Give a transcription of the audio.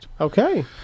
Okay